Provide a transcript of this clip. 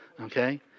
okay